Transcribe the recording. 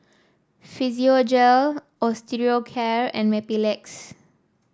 Physiogel Osteocare and Mepilex